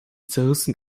zerrissen